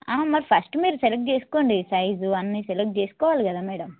మరి ఫస్ట్ మీరు సెలెక్ట్ చేసుకోండి సైజు అన్నీసెలెక్ట్ చేసుకోవాలి కదా మేడం